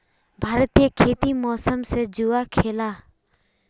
भारतीय खेती मौसम से जुआ खेलाह